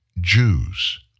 Jews